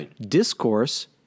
discourse